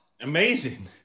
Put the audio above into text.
Amazing